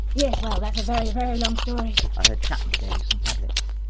yes. well. that's a very, very long story. i heard chapman gave you some tablets.